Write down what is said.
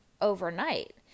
overnight